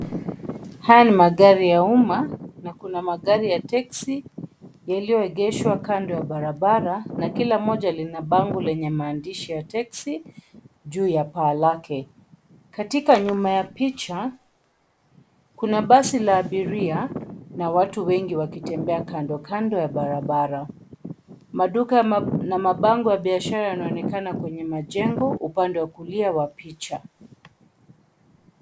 Haya ni magari ya umma, na kuna magari ya teksi yaliyoegeshwa kando ya barabara na kila moja lina bango lenye maandishi ya teksi juu ya paa lake. Katika nyuma ya picha, kuna basi la abiria na watu wengi wakitembea kando, kando ya barabara. Maduka na mabango ya mabiashara yanaonekana kwenye majengo upande wa kulia wa picha.